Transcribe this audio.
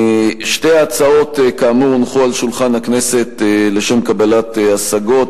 שתי ההצעות כאמור הונחו על שולחן הכנסת לשם קבלת השגות,